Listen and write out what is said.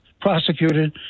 prosecuted